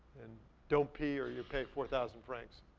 and don't pee or you pay four thousand francs.